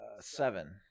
Seven